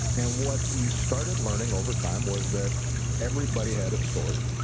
and what you started learning over time was that everybody had a story.